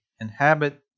inhabit